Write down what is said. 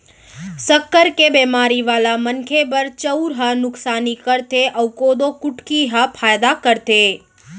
सक्कर के बेमारी वाला मनखे बर चउर ह नुकसानी करथे अउ कोदो कुटकी ह फायदा करथे